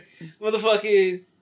Motherfucking